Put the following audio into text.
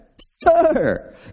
Sir